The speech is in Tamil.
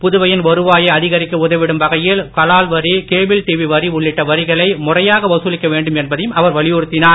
புதுவையின் வருவாயை அதிகரிக்க உதவிடும் வகையில் கலால் வரி கேபிள் டிவி வரி உள்ளிட்ட வரிகளை முறையாக வசூலிக்க வேண்டும் என்பதையும் அவர் வலியுறுத்தினார்